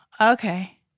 okay